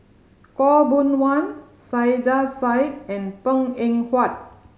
Khaw Boon Wan Saiedah Said and Png Eng Huat